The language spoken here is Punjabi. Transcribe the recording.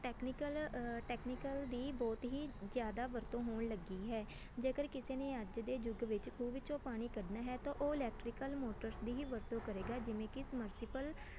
ਟੈਕਨੀਕਲ ਟੈਕਨੀਕਲ ਦੀ ਬਹੁਤ ਹੀ ਜ਼ਿਆਦਾ ਵਰਤੋਂ ਹੋਣ ਲੱਗੀ ਹੈ ਜੇਕਰ ਕਿਸੇ ਨੇ ਅੱਜ ਦੇ ਯੱਗ ਵਿੱਚ ਖੂਹ ਵਿੱਚੋਂ ਪਾਣੀ ਕੱਢਣਾ ਹੈ ਤਾਂ ਉਹ ਇਲੈਕਟਰੀਕਲ ਮੋਟਰਸ ਦੀ ਹੀ ਵਰਤੋਂ ਕਰੇਗਾ ਜਿਵੇਂ ਕਿ ਸਮਰਸੀਬਲ